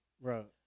Right